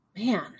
man